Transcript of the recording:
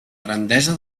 grandesa